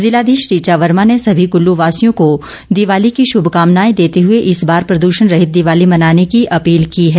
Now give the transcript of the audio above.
जिलाधीश ऋचा वर्मा ने सभी कुल्लूवासियों को दिवाली की शुभकामनाएं देते हुए इस बार प्रदूषण रहित दिवाली मनाने की अपील की है